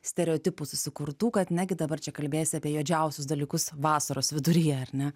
stereotipų susikurtų kad negi dabar čia kalbėsi apie juodžiausius dalykus vasaros viduryje ar ne